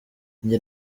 njye